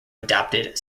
adopted